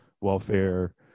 welfare